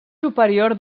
superior